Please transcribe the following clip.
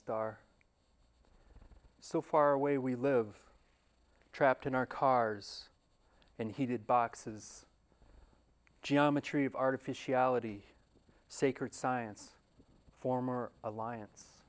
star so far away we live trapped in our cars and heated boxes geometry of artificiality sacred science former alliance